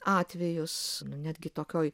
atvejus netgi tokioj